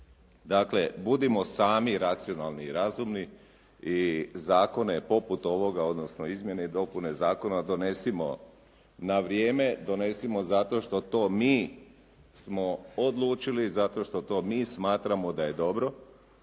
Dakle, budimo sami racionalni i razumni i zakone poput ovoga, odnosno izmjene i dopune zakona donesimo na vrijeme, donesimo zato što to mi smo odlučili i zato što mi smatramo da je dobro.